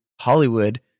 Hollywood